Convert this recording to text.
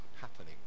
happening